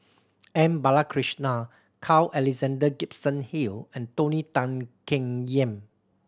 M Balakrishnan Carl Alexander Gibson Hill and Tony Tan Keng Yam